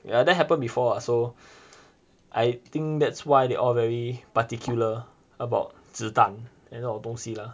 ya that happen before so I think that's why they all very particular about 子弹那种东西 lah